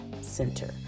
center